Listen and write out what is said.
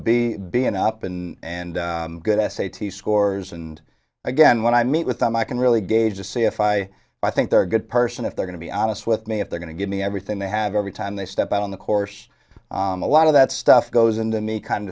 and up and and good s a t scores and again when i meet with them i can really gauge to see if i i think they're a good person if they're going to be honest with me if they're going to give me everything they have every time they step out on the course a lot of that stuff goes in the knee kind of